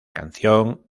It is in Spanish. canción